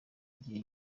gihe